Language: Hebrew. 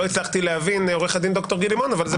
לא הצלחתי להבין,